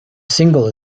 single